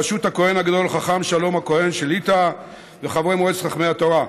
בראשות הכוהן הגדול חכם שלום הכהן שליט"א וחברי מועצת חכמי התורה,